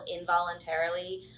involuntarily